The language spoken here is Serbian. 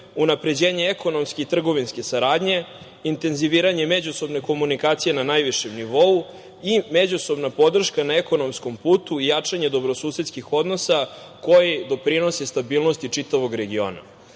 unapređenje ekonomske i trgovinske saradnje, intenziviranje međusobne komunikacije na najvišem nivou i međusobna podrška na ekonomskom putu i jačanje dobrosusedskih odnosa koji doprinose stabilnosti čitavog regiona.Za